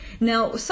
Now